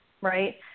right